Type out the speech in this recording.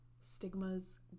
stigmas